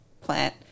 plant